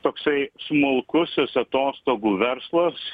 toksai smulkusis atostogų verslas